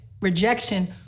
rejection